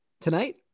Tonight